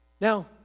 Now